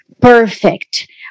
perfect